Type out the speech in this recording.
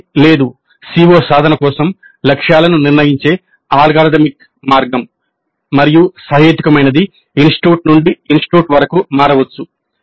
recipe మార్గం మరియు సహేతుకమైనది ఇన్స్టిట్యూట్ నుండి ఇన్స్టిట్యూట్ వరకు మారవచ్చు